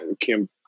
Kim